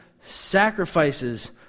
sacrifices